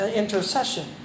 intercession